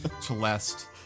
celeste